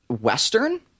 Western